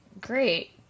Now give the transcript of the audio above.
Great